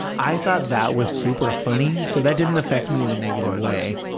i thought that was super funny, so that didn't affect me in a negative way.